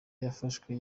yafashwe